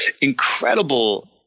incredible